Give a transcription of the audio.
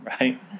right